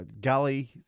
gully